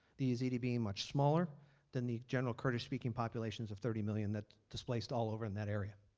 the yazidi being much smaller than the general kurdish speaking populations of thirty million that displaced all over in that area.